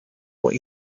what